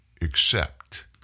accept